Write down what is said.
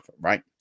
right